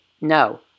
No